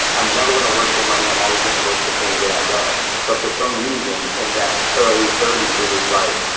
i'm never going to work for money, i'm always going to work for things that i love you. but for some reason in that early thirty s, it was like,